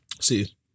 See